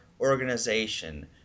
organization